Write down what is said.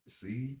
see